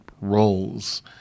roles